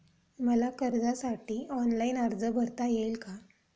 मला कर्जासाठी ऑनलाइन अर्ज भरता येईल का?